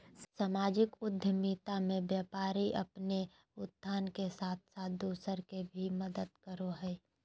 सामाजिक उद्द्मिता मे व्यापारी अपने उत्थान के साथ साथ दूसर के भी मदद करो हय